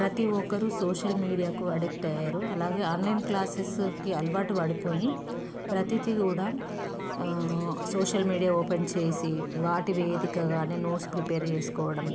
ప్రతి ఒక్కరు సోషల్ మీడియాకు అడేక్ట్ అయ్యారు అలాగే ఆన్లైన్ క్లాసెస్కి అలవాటు పడిపోయి ప్రతిదీ కూడా సోషల్ మీడియా ఓపెన్ చేసి వాటి వేదికగానే నోట్స్ ప్రిపేర్ చేసుకోవడం